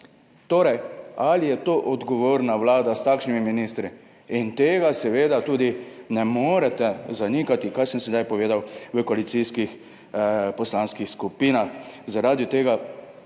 Torej ali je to odgovorna vlada s takšnimi ministri in tega seveda tudi ne morete zanikati, kar sem sedaj povedal v koalicijskih poslanskih skupinah. Zaradi tega